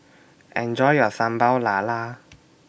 Enjoy your Sambal Lala